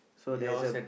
so there is a